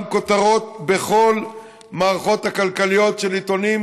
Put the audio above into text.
כותרות בכל המערכות הכלכליות של העיתונים,